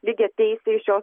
lygiateisiai šios